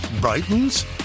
brightens